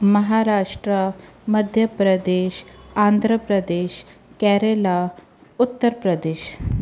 Maharashtra Madhya Pradesh Andhra Pradesh Kerala Uttar Pradesh